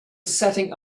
setting